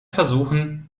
versuchen